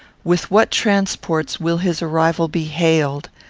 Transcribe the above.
with what transports will his arrival be hailed!